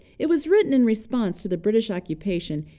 it was written in response to the british occupation,